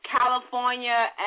California